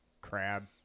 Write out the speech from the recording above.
Crab